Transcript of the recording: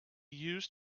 used